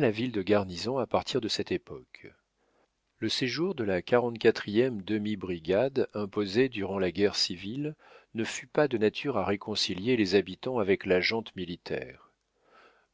la ville de garnison à partir de cette époque le séjour de la quarante quatri demi brigade imposée durant la guerre civile ne fut pas de nature à réconcilier les habitants avec la gent militaire